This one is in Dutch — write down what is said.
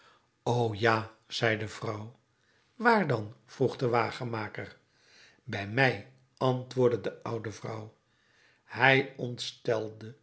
o ja zei de vrouw waar dan vroeg de wagenmaker bij mij antwoordde de oude vrouw hij ontstelde